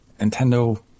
Nintendo